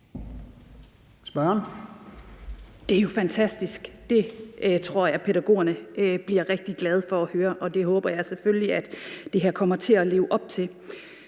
Det er jo fantastisk. Det tror jeg pædagogerne bliver rigtig glade for at høre, og det håber jeg selvfølgelig at det her kommer til at leve op til.